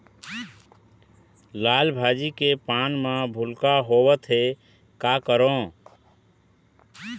लाल भाजी के पान म भूलका होवथे, का करों?